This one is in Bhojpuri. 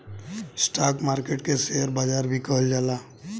स्टॉक मार्केट के शेयर बाजार भी कहल जाला